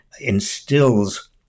instills